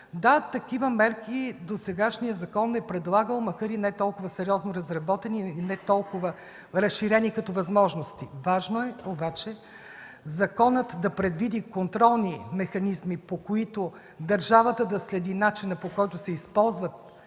да, такива мерки досегашният закон е предлагал макар и не толкова сериозно разработени и не толкова разширени като възможности. Важно е обаче законът да предвиди контролни механизми, по които държавата да следи начина, по който се използват